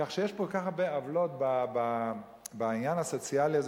כך יש כל כך הרבה עוולות בעניין הסוציאלי הזה,